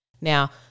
Now